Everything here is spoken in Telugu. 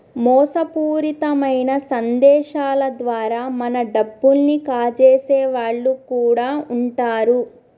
మోసపూరితమైన సందేశాల ద్వారా మన డబ్బుల్ని కాజేసే వాళ్ళు కూడా వుంటరు